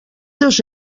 dos